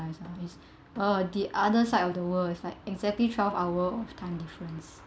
nice lah is uh the other side of the world it's like exactly twelve hours of time difference